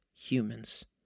humans